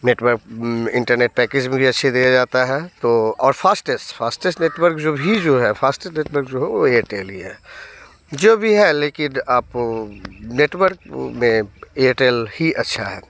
network internet package में भी अच्छे दिया जाता है तो और फास्टेस फास्टेस नेटर्वक जो भी जो है फास्टेज़ नेटवर्क जो हो वो एयटेल ही है जो भी है लेकिन आप नेटवर्क में एयटेल ही अच्छा है